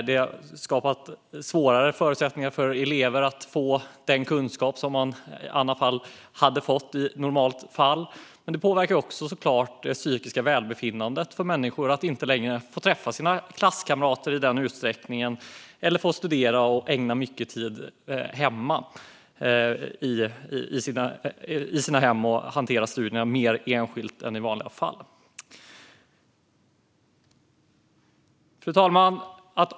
Det har skapat sämre förutsättningar för elever att få den kunskap de hade fått i normala fall, och det påverkar också såklart det psykiska välbefinnandet att inte längre få träffa sina klasskamrater i samma utsträckning och att tvingas studera och tillbringa mycket tid i hemmet och hantera studierna mer enskilt än i vanliga fall. Fru talman!